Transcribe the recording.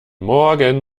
morgen